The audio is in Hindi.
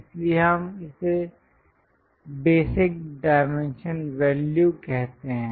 इसलिए हम इसे बेसिक डायमेंशन वैल्यू कहते हैं